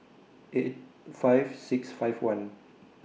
eight five six five one